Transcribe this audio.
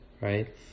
right